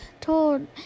told